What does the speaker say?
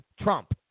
Trump